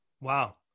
Wow